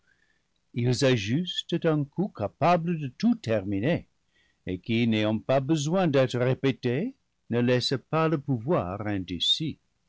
ils ajustent un coup capable de tout terminer et qui n'ayant pas besoin d'être répété ne laisse pas le pouvoir